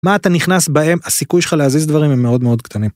מה אתה נכנס בהם, הסיכוי שלך להזיז דברים הם מאוד מאוד קטנים.